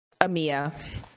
amia